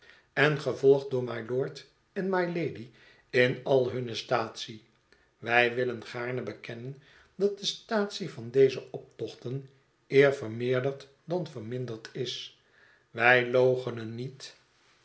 en gevolgd door mylord en mylady in al hunne staatsie wij willen gaarne bekennen dat de staatsie van deze optochten eer vermeerderd dan verminderd is wij loochenen niet